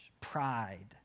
Pride